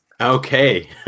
okay